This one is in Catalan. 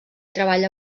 treballa